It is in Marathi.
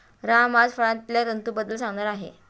राम आज फळांतल्या तंतूंबद्दल सांगणार आहे